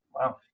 Wow